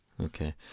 Okay